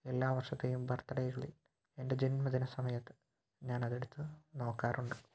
എല്ലാ വർഷത്തേയും ബർത്ത് ഡേകളിൽ എന്റെ ജന്മദിന സമയത്ത് ഞാനതെടുത്തു നോക്കാറുണ്ട്